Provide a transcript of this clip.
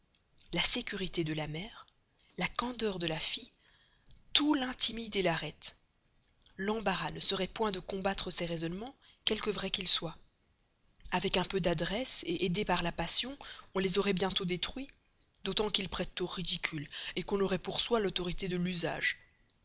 la sécurité de la mère la candeur de la fille tout l'intimide l'arrête l'embarras ne serait point de combattre ses raisonnements quelque vrais qu'ils soient avec un peu d'adresse aidé par la passion on les aurait bientôt détruits d'autant qu'ils prêtent au ridicule qu'on aurait pour soi l'autorité de l'usage